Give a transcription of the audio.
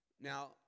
Now